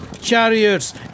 chariots